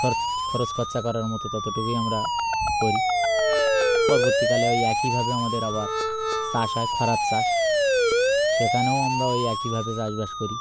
খরচ খরচ খরচা করার মতো ততটুকুই আমরা করি পরবর্তীকালে ওই একইভাবে আমাদের আবার চাষ হয় খরার চাষ সেখানেও আমরা ওই একইভাবে চাষবাস করি